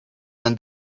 than